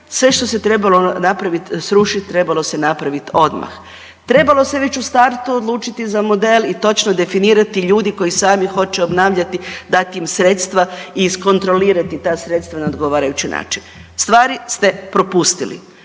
sve što se trebalo napravit, srušit trebalo se napravit odmah. Trebalo se već u startu odlučiti za model i točno definirati ljudi koji sami hoće obnavljati dat im sredstva i iskontrolirati ta sredstva na odgovarajući način. Stvari ste propustili.